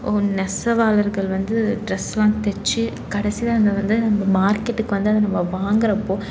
நெசவாளர்கள் வந்து ட்ரெஸ்லாம் தைச்சி கடைசியாக அது வந்து நம்ம மார்க்கெட்டுக்கு வந்து அதை நம்ம வாங்கிறப்போ